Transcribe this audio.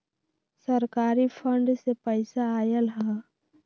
सरकारी फंड से पईसा आयल ह?